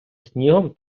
снігом